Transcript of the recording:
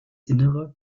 innere